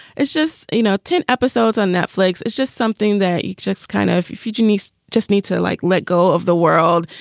it's just, you know, ten episodes on netflix it's just something that you just kind of fujianese just need to like let go of the world.